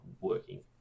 working